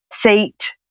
seat